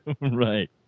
Right